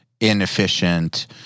inefficient